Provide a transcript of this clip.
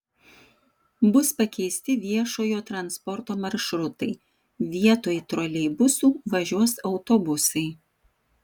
bus pakeisti viešojo transporto maršrutai vietoj troleibusų važiuos autobusai